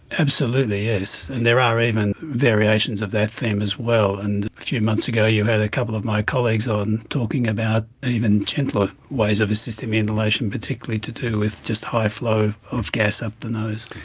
absolutely, yes, and there are even variations of that theme as well, and a few months ago you had a couple of my colleagues on talking about even gentler ways of assisting ventilation, particularly to do with just high flow of gas up the nose.